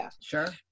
Sure